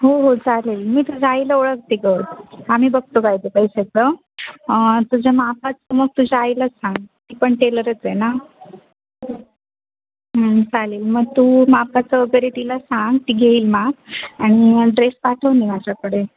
हो हो चालेल मी तुझ्या आईला ओळखते गं आम्ही बघतो काय ते पैशाचं तुझ्या मापाचं मग तुझ्या आईलाच सांग ती पण टेलरच आहे ना चालेल मग तू मापाचं वगैरे तिला सांग ती घेईल माप आणि ड्रेस पाठवून दे माझ्याकडे